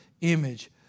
image